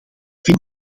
vind